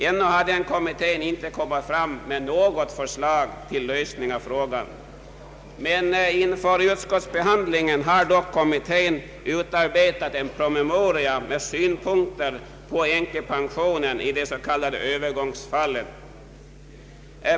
Ännu har den kommittén inte kommit fram med något förslag till lösning av frågan. Inför utskottsbehandlingen har dock kommittén utarbetat en promemoria med synpunkter på änkepensionen i de s.k. övergångsfallen.